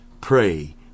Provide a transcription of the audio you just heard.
pray